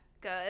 Good